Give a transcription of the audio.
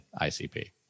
ICP